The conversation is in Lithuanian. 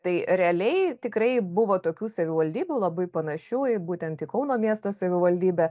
tai realiai tikrai buvo tokių savivaldybių labai panašių į būtent kauno miesto savivaldybę